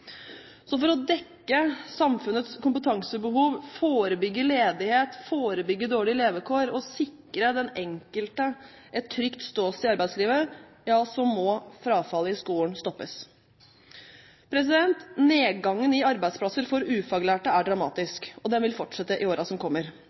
Så for å dekke samfunnets kompetansebehov, forebygge ledighet, forebygge dårlige levekår og sikre den enkelte et trygt ståsted i arbeidslivet, ja så må frafallet i skolen stoppes. Nedgangen i antall arbeidsplasser for ufaglærte er